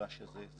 במגרש הזה.